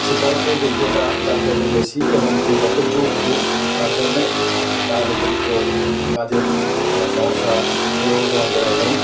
শিক্ষাগত যোগ্যতা যার যত বেশি এবং যে যত যোগ্য তার জন্যে তার উপযুক্ত কাজের কোনো সমস্যা পূর্ব বর্ধমান জেলায় নেই